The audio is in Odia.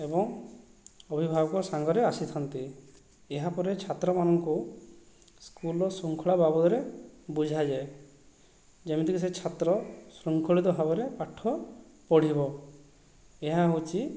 ଏବଂ ଅଭିଭାବକ ସାଙ୍ଗରେ ଆସିଥାନ୍ତି ଏହାପରେ ଛାତ୍ରମାନଙ୍କୁ ସ୍କୁଲର ଶୃଙ୍ଖଳା ବାବଦରେ ବୁଝାଯାଏ ଯେମିତି କି ସେ ଛାତ୍ର ଶୃଙ୍ଖଳିତ ଭାବରେ ପାଠ ପଢ଼ିବ ଏହା ହେଉଛି